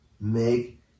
make